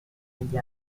agli